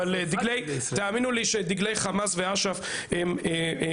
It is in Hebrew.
אבל תאמינו לי שדגלי חמאס ואש"ף מספיקים.